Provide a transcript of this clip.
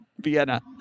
Vienna